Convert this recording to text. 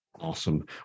Awesome